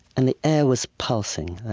and the air was pulsing.